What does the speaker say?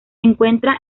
encuentra